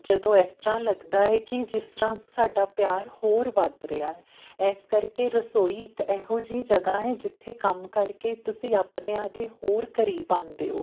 ਜਦੋਂ ਇਸ ਤਰ੍ਹਾਂ ਲੱਗਦਾ ਹੈ ਕਿ ਜਿਸ ਤਰ੍ਹਾਂ ਸਾਡਾ ਪਿਆਰ ਹੋਰ ਵੱਧ ਰਿਹਾ ਇਸ ਕਰਕੇ ਰਸੋਈ ਇੱਕ ਇਹੋ ਜਿਹੀ ਜਗ੍ਹਾ ਹੈ ਜਿੱਥੇ ਕੰਮ ਕਰਕੇ ਤੁਸੀਂ ਆਪਣਿਆਂ ਦੇ ਹੋਰ ਕਰੀਬ ਆਉਂਦੇ ਹੋ